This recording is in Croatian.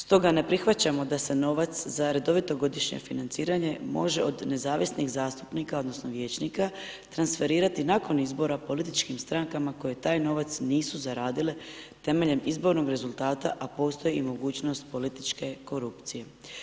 Stoga ne prihvaćamo da se novac za redovito godišnje financiranje može od nezavisnih zastupnika odnosno vijećnika transferirati nakon izbora političkim stranka koje taj novac nisu zaradile temeljem izbornog rezultata, a postoji i mogućnost političke korupcije.